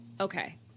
Okay